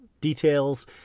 details